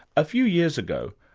a few years ago,